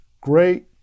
great